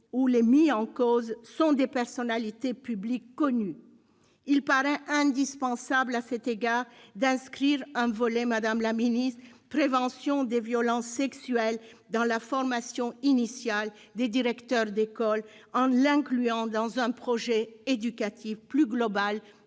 les mis en cause sont des personnalités publiques connues. Il paraît indispensable, à cet égard, d'inclure un volet relatif à la prévention des violences sexuelles dans la formation initiale des directeurs d'école, en l'inscrivant dans un projet éducatif plus global